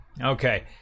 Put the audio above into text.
Okay